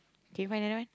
do you find another one